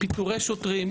לפיטורי שוטרים,